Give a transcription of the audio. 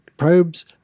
probes